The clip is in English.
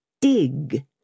DIG